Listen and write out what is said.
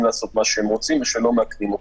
לעשות מה שהם רוצים ושלא מאכנים אותם.